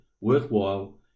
worthwhile